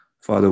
Father